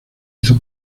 hizo